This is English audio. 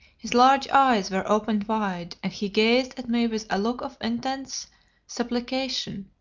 his large eyes were opened wide, and he gazed at me with a look of intense supplication,